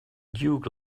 duke